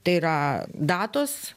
tai yra datos